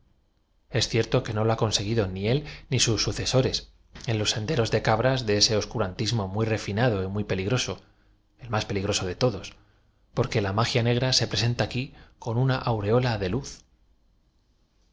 es cierto que no lo ha conseguido ni é l ni sus sucesores en los senderos de cabras de ese oscurantismo m uy refinado y muy peligroso e l más peligroso de todos porque la magia negra se presente aqui con una aureola de luz